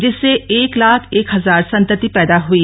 जिससे एक लाख एक हजार संतति पैदा हुई